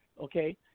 okay